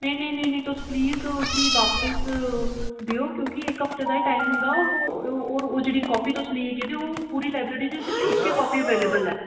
नेईं नेईं नेईं नेईं तुस प्लीज उसी बापिस देओ क्योंकि इक हफ्ते दा ही टाइम होंदा ऐ होर ओह् जेह्ड़ी कापी तुस लियै गेदे ओ ओह् पूरी लाइब्रेरी च सिर्फ इक्कै कापी अवलेबेल ऐ